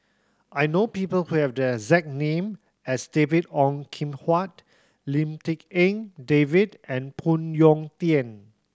I know people who have the exact name as David Ong Kim Huat Lim Tik En David and Phoon Yew Tien